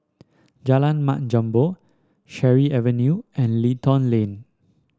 Jalan Mat Jambol Cherry Avenue and Lentor Lane